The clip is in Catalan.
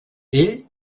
ell